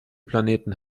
planeten